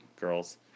girls